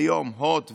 כיום הוט ו-yes,